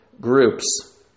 groups